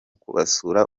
kubasura